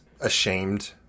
ashamed